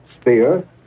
sphere